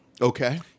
Okay